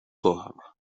kocha